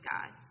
God